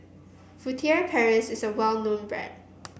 Furtere Paris is a well known brand